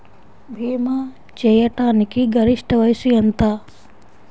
భీమా చేయాటానికి గరిష్ట వయస్సు ఎంత?